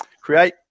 Create